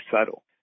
subtle